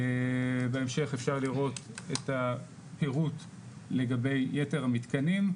בהמשך אפשר לראות את הפירוט לגבי יתר המתקנים,